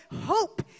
hope